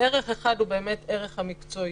ערך אחד הוא ערך המקצועיות.